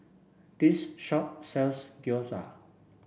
this shop sells Gyoza